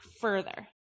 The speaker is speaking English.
further